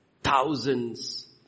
thousands